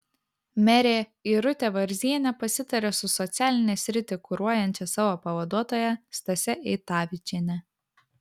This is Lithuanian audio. merė irutė varzienė pasitarė su socialinę sritį kuruojančia savo pavaduotoja stase eitavičiene